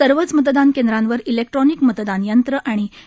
सर्वच मतदान केंद्रांवर इलेक्ट्रॉनिक मतदान यंत्र आणि व्ही